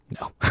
no